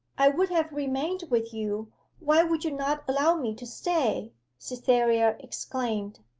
i would have remained with you why would you not allow me to stay cytherea exclaimed.